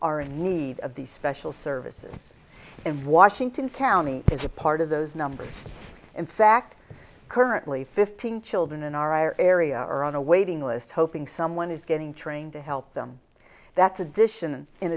are in need of these special services and washington county is a part of those numbers in fact currently fifteen children in our area are on a waiting list hoping someone is getting trained to help them that's addition